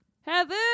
Heather